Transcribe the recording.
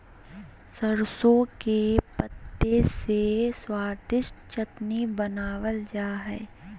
सरसों के पत्ता से स्वादिष्ट चटनी बनावल जा हइ